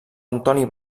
antoni